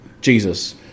Jesus